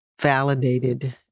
validated